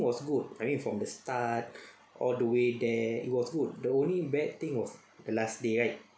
was good I mean from the start all the way there it was good the only bad thing was the last day right